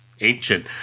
ancient